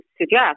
suggest